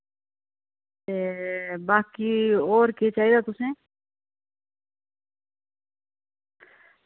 ते बाकी होर केह् चाहिदा तुसें